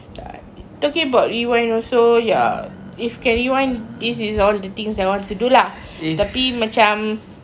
talking about rewind also ya if can rewind this is all the things I want to do lah tapi macam